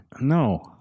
No